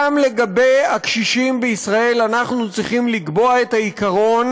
גם לגבי הקשישים בישראל אנחנו צריכים לקבוע את העיקרון